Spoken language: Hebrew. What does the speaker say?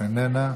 איננה,